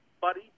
buddy